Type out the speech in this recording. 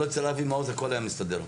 אני אסביר מה החשש של האנשים.